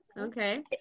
okay